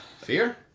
Fear